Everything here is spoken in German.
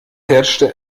herrschte